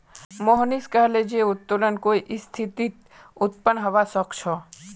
मोहनीश कहले जे उत्तोलन कई स्थितित उत्पन्न हबा सख छ